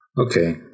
okay